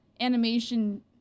animation